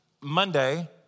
Monday